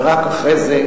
ורק אחרי זה,